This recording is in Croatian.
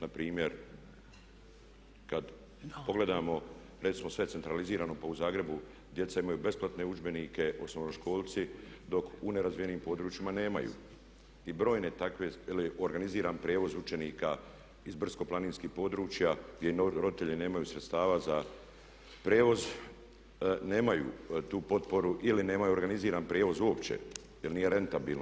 Na primjer kad pogledamo recimo sve je centralizirano pa u Zagrebu djeca imaju besplatne udžbenike osnovnoškolci dok u nerazvijenim područjima nemaju i brojne takve, … je organiziran prijevoz učenika iz brdsko-planinskih područja gdje im roditelji nemaju sredstava za prijevoz nemaju tu potporu ili nemaju organiziran prijevoz uopće jer nije rentabilno.